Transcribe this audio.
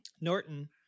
norton